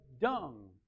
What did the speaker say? dung